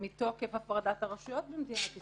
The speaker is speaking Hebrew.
מתוקף הפרדת הרשויות במדינת ישראל,